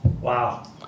Wow